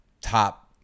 top